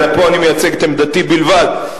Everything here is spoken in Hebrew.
פה אני מייצג את עמדתי בלבד,